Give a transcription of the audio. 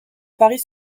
paris